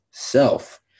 Self